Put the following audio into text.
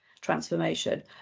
transformation